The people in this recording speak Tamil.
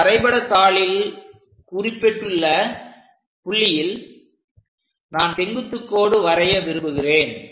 இந்த வரைபடத்தாளில் குறிப்பிட்டுள்ள புள்ளியில் நான் செங்குத்துக் கோடு வரைய விரும்புகிறேன்